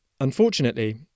Unfortunately